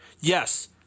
Yes